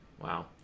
Wow